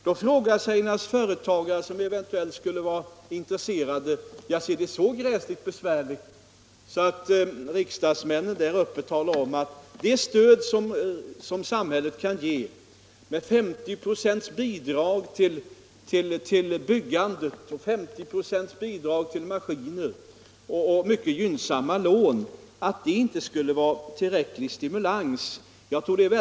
Då säger sig naturligtvis företagare som eventuellt skulle vara intresserade: Jaså, är det så gräsligt besvärligt så att riksdagsmännen där uppe talar om att det stöd som samhället kan ge — med 50 96 bidrag till byggandet och 50 96 bidrag till maskiner samt mycket gynnsamma lån — inte skulle vara tillräckligt stimulerande.